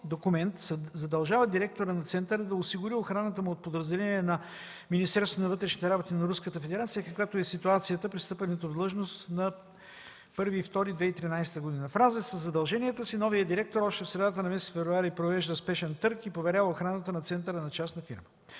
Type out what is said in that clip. документ задължава директора на центъра да осигури охраната му от подразделение на Министерството на вътрешните работи на Руската федерация, каквато е ситуацията при встъпването му в длъжност на 1 февруари 2013 г. В разрез със задълженията си, новият директор още в средата на месец февруари провежда спешен търг и поверява охраната на центъра на частна фирма.